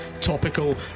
Topical